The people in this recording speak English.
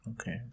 Okay